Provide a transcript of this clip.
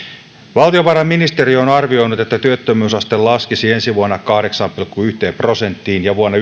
valtiovarainministeriö on arvioinut että työttömyysaste laskisi ensi vuonna kahdeksaan pilkku yhteen prosenttiin ja vuonna